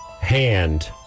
Hand